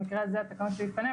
במקרה הזה התקנות שבפנינו,